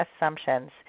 assumptions